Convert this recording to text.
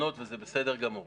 בבקשה, אדוני סגן השר.